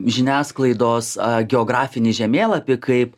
žiniasklaidos a geografinį žemėlapį kaip